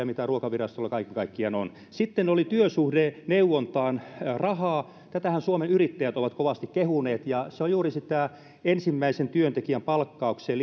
mitä ruokavirastolla kaiken kaikkiaan on sitten oli työsuhdeneuvontaan rahaa tätähän suomen yrittäjät ovat kovasti kehuneet se on juuri sitä ensimmäisen työntekijän palkkaukseen